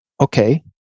okay